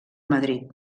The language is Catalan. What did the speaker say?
madrid